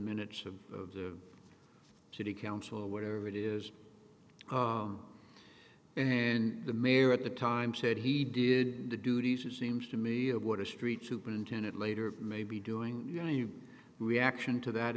minutes of the city council or whatever it is and the mayor at the time said he did the duties it seems to me of what a street superintendent later may be doing you know you reaction to that